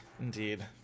indeed